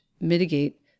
mitigate